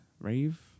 rave